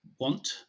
want